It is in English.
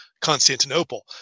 Constantinople